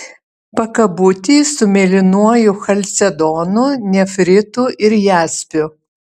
pakabutį su mėlynuoju chalcedonu nefritu ir jaspiu